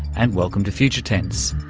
and welcome to future tense.